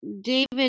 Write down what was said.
David